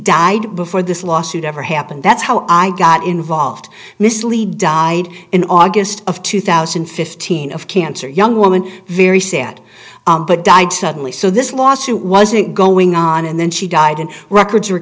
died before this lawsuit ever happened that's how i got involved miss lee died in august of two thousand and fifteen of cancer young woman very sad but died suddenly so this lawsuit wasn't going on and then she died and records